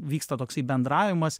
vyksta toksai bendravimas